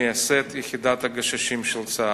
מייסד יחידת הגששים של צה"ל.